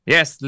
Yes